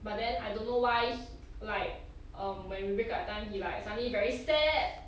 but then I don't know why like um when we break up that time he like suddenly very sad